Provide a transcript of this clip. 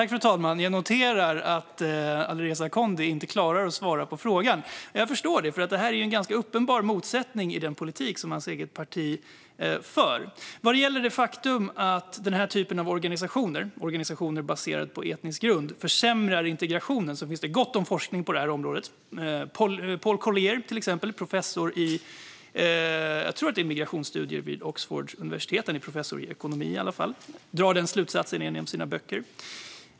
Fru talman! Jag noterar att Alireza Akhondi inte klarar att svara på frågan. Jag förstår det, för detta är en ganska uppenbar motsättning i den politik som hans eget parti för. Vad gäller det faktum att den här typen av organisationer, alltså organisationer som är baserade på etnisk grund, försämrar integrationen finns det gott om forskning om på området. Paul Collier, till exempel, är professor i migrationsstudier, tror jag att det är, i Oxford - han är i alla fall professor i ekonomi - och drar den slutsatsen i en av sina böcker.